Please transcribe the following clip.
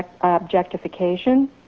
objectification